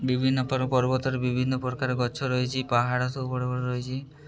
ବିଭିନ୍ନ ପ୍ରକାର ପର୍ବତରେ ବିଭିନ୍ନ ପ୍ରକାର ଗଛ ରହିଛି ପାହାଡ଼ ସବୁ ବଡ଼ ବଡ଼ ରହିଛି